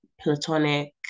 platonic